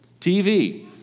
TV